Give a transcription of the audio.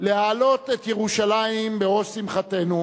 להעלות את ירושלים על ראש שמחתנו,